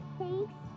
Thanks